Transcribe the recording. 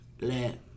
let